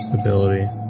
ability